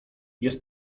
jest